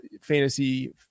fantasy